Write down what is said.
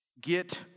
Get